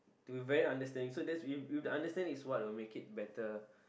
to be very understanding so that's you you have to understand it's what will make it better